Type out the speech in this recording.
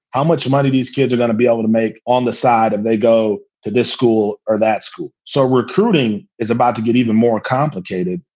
how much money these kids are going to be able to make on the side and they go to this school or that school. so recruiting is about to get even more complicated.